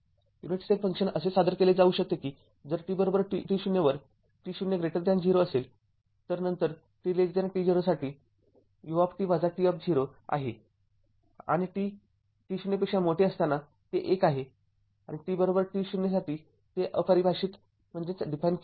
unit step function असे सादर केले जाऊ शकते की जर tt0 वर t0 0 असेल तर नंतर t t0 साठी u0 आहे आणि t t0 साठी ते १ आहे आणि t t0 साठी ते अपरिभाषित आहे